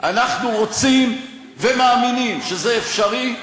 אנחנו רוצים ומאמינים שזה אפשרי,